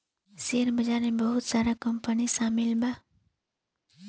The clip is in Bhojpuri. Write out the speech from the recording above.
शेयर बाजार में बहुत सारा कंपनी शामिल बा